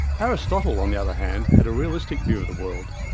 aristotle, on the other hand, had a realistic view of the world,